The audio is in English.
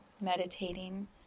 meditating